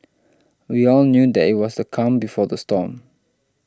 we all knew that it was the calm before the storm